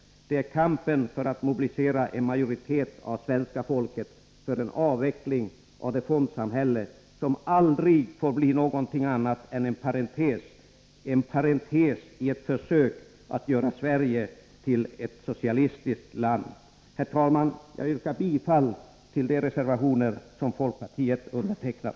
Det är kampen för att mobilisera en majoritet av svenska folket för en avveckling av det fondsamhälle som aldrig får bli någonting annat än en parentes i ett försök att göra Sverige till ett socialistiskt land. Herr talman! Jag yrkar bifall till de reservationer som folkpartiet undertecknat.